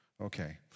Okay